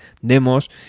demos